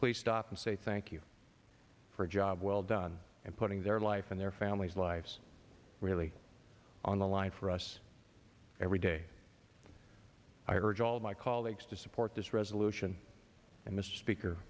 please stop and say thank you for a job well done and putting their life and their family's lives really on the line for us every day i urge all of my colleagues to support this resolution i must speak